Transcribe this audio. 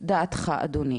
דעתך, אדוני.